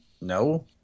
No